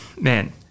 man